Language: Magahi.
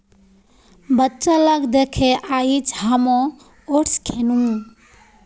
बच्चा लाक दखे आइज हामो ओट्स खैनु